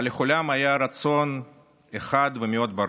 אבל לכולם היה רצון אחד ומאוד ברור: